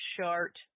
chart